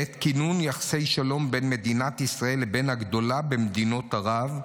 בעת כינון יחסי שלום בין מדינת ישראל לבין הגדולה במדינות ערב,